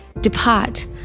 Depart